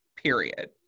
Period